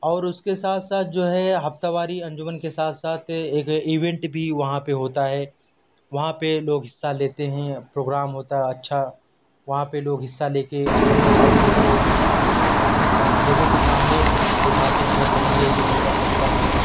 اور اس کے ساتھ ساتھ جو ہے ہفتہ واری انجمن کے ساتھ ساتھ ایک ایونٹ بھی وہاں پہ ہوتا ہے وہاں پہ لوگ حصہ لیتے ہیں پروگرام ہوتا ہے اچھا وہاں پہ لوگ حصہ لے کے اپنے آپ کو لوگوں کے سامنے دکھاتے ہیں کہ مطلب یہ یہ میں کر سکتا ہوں